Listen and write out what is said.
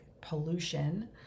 pollution